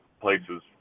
places